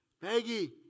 Peggy